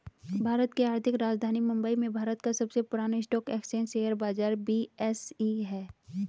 भारत की आर्थिक राजधानी मुंबई में भारत का सबसे पुरान स्टॉक एक्सचेंज शेयर बाजार बी.एस.ई हैं